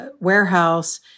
warehouse